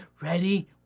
ready